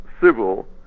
civil